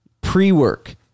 pre-work